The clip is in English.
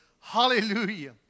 Hallelujah